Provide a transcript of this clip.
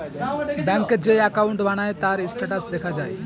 ব্যাংকে যেই অ্যাকাউন্ট বানায়, তার স্ট্যাটাস দেখা যায়